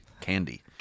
candy